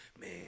Man